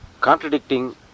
contradicting